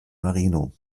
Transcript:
marino